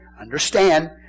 understand